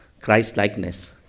Christ-likeness